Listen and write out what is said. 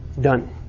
done